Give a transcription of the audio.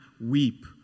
weep